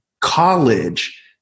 college